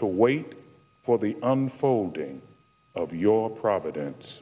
to wait for the unfolding of your providence